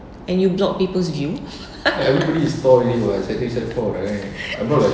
and you block people's view